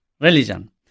religion